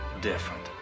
different